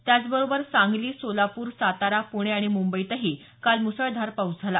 त्याचबरोबर सांगली सोलापूर सातारा पुणे आणि मुंबईतही काल मुसळधार पाऊस झाला